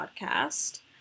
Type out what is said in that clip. podcast